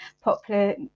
popular